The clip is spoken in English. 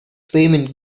payment